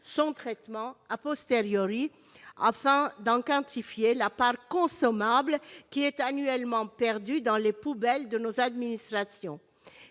leur traitement, afin de quantifier la part consommable annuellement perdue dans les poubelles de nos administrations.